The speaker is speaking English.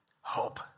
hope